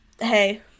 hey